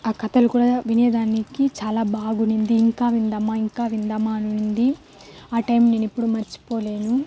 ఆ కథలు కూడా వినేదానికి చాలా బాగుంది ఇంకా విందామా ఇంకా విందామా అని ఉన్నింది ఆ టైమ్ నేను ఎప్పుడు మర్చిపోలేను